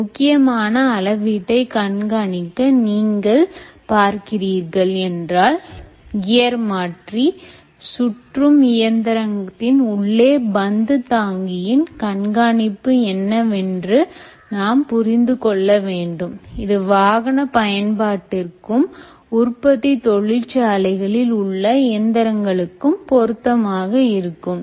ஒரு முக்கியமான அளவீட்டை கண்காணிக்க நீங்கள் பார்க்கிறீர்கள் என்றால் கியர் மாற்றி சுற்றும் இயந்திரத்தின் உள்ளே பந்து தாங்கியின் கண்காணிப்பு என்னவென்று நாம் புரிந்து கொள்ள வேண்டும் இது வாகன பயன்பாட்டிற்கும் உற்பத்தி தொழிற்சாலைகளில் உள்ள இயந்திரங்களுக்கும் பொருத்தமாக இருக்கும்